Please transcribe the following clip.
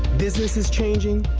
business is changing.